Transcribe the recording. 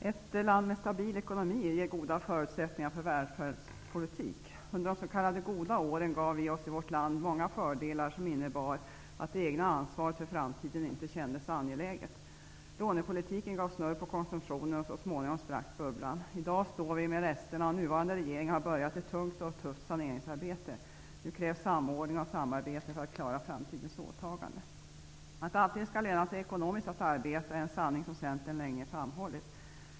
Herr talman! Ett land med stabil ekonomi ger goda förutsättningar för välfärdspolitik. Under de s.k. goda åren gav vi oss i vårt land många fördelar som innebar att det egna ansvaret för framtiden inte kändes angeläget. Lånepolitiken satte snurr på konsumtionen och så småningom sprack bubblan. I dag står vi med resterna, och nuvarande regering har börjat ett tungt och tufft saneringsarbete. Nu krävs samordning och samarbete för att klara framtidens åtagande. Att det alltid skall löna sig ekonomiskt att arbeta är en sanning som Centern länge framhållit.